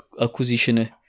acquisition